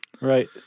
Right